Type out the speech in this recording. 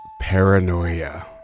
paranoia